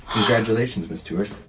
congratulations, miss tewers.